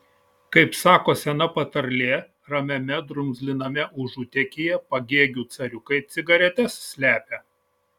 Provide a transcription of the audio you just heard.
kaip sako sena patarlė ramiame drumzliname užutėkyje pagėgių cariukai cigaretes slepia